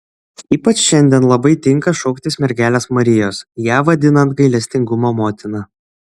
ypač šiandien labai tinka šauktis mergelės marijos ją vadinant gailestingumo motina